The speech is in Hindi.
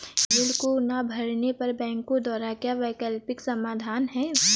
ऋण को ना भरने पर बैंकों द्वारा क्या वैकल्पिक समाधान हैं?